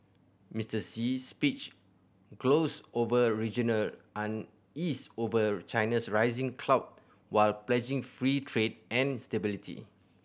Mister Xi's speech glossed over regional unease over China's rising clout while pledging free trade and stability